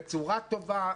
בצורה טובה,